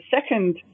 second